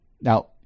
Now